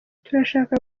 turashaka